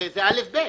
זה אל"ף-בי"ת.